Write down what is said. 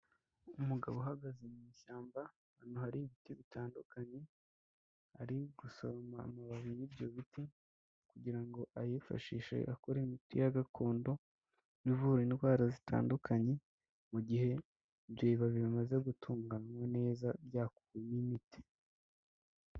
Umugabo uhagaze mu ishyamba ahantu hari ibiti bitandukanye, ari gusoroma amababi y'ibyo biti, kugira ngo ayifashishe akora imiti ya gakondo ivura indwara zitandukanye, mu gihe ibyo bibabi bimaze gutunganywa neza byavuyemo imiti.